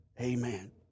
Amen